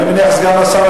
אני מניח שסגן השר,